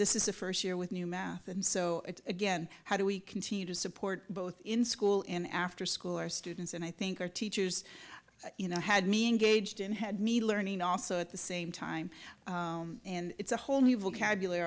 this is a first year with new math and so again how do we continue to support both in school in afterschool our students and i think our teachers you know had me engaged in had me learning also at the same time and it's a whole new vocabulary